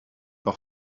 par